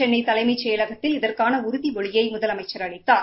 சென்னை தலைமைச் செயலகத்தில் இதற்கான உறுதிமொழியை முதலமைச்சர் அளித்தார்